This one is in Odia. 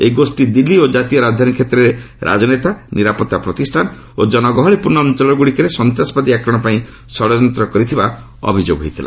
ଏହି ଗୋଷ୍ଠୀ ଦିଲ୍ଲୀ ଓ ଜାତୀୟ ରାଜଧାନୀ କ୍ଷେତ୍ରରେ ରାଜନେତା ନିରାପତ୍ତା ପ୍ରତିଷ୍ଠାନ ଓ ଜନଗହଳିପୂର୍ଣ୍ଣ ଅଞ୍ଚଳ ଗୁଡ଼ିକରେ ସନ୍ତାସବାଦୀ ଆକ୍ରମଣ ପାଇଁ ଷଡ଼ଯନ୍ତ କରିଥିବା ଅଭିଯୋଗ ହୋଇଛି